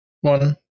one